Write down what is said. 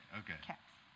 okay